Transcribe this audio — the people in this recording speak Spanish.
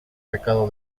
recado